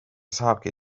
saabki